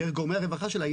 דרך גורמי הרווחה שלה,